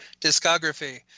discography